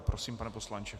Prosím, pane poslanče.